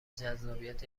جذابیت